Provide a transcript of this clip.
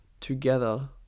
together